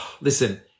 Listen